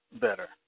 better